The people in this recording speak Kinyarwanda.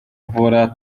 mvura